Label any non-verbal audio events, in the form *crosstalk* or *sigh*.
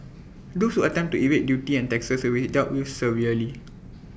*noise* those who attempt to evade duty and taxes will be dealt with severely